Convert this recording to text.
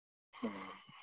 ह्म्म